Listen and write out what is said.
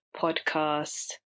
podcast